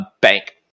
bank